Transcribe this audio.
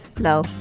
No